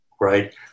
right